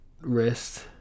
wrist